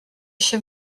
się